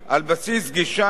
כזו או אחרת,